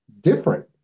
different